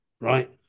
right